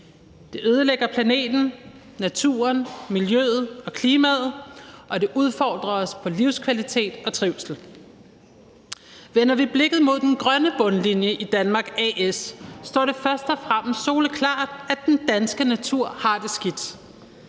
Det ødelægger planeten, naturen, miljøet og klimaet, og det udfordrer os på livskvalitet og trivsel. Vender vi blikket mod den grønne bundlinje i Danmark A/S, står det først og fremmest soleklart, at den danske natur har det skidt.